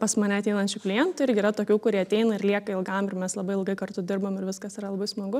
pas mane ateinančių klientų irgi yra tokių kurie ateina ir lieka ilgam ir mes labai ilgai kartu dirbam ir viskas yra labai smagu